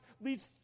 Leads